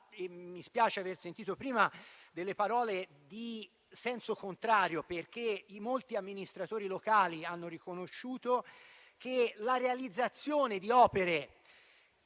Mi spiace aver sentito prima delle parole di senso contrario, perché molti amministratori locali hanno riconosciuto che la realizzazione di opere